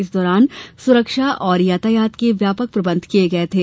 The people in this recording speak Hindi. इस दौरान सुरक्षा और यातायात के व्यापक प्रबंध किये गये थे